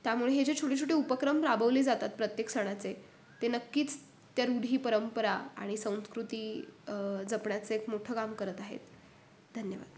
त्यामुळे हे जे छोटे छोटे उपक्रम राबवले जातात प्रत्येक सणाचे ते नक्कीच त्या रूढी परंपरा आणि संस्कृती जपण्याचं एक मोठं काम करत आहेत धन्यवाद